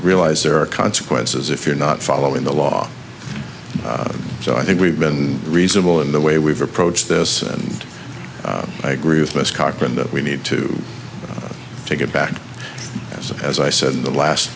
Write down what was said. realize there are consequences if you're not following the law so i think we've been reasonable in the way we've approached this and i agree with les cochran that we need to take it back as i said in the last